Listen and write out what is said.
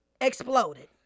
exploded